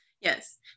Yes